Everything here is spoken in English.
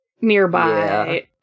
nearby